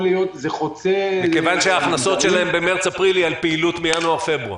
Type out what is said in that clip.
מכיוון שההכנסות שלהם במרץ-אפריל היא על פעילות מינואר-פברואר.